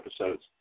episodes